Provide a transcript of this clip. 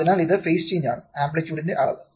അതിനാൽ ഇത് phase change ആണ് ആംപ്ലിറ്യുഡിന്റെ അളവ്